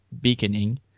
beaconing